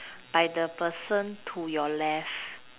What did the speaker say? by the person to your left